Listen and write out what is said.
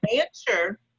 answer